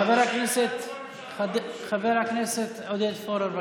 חבר הכנסת עודד פורר,